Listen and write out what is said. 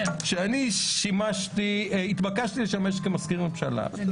כשאני התבקשתי לשמש כמזכיר הממשלה,